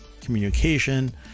communication